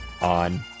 on